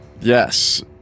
Yes